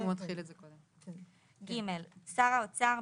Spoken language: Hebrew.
(ג)שר האוצר,